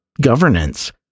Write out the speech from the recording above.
governance